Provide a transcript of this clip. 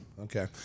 Okay